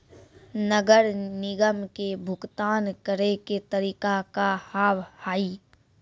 नगर निगम के भुगतान करे के तरीका का हाव हाई?